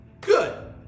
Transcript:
Good